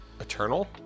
Eternal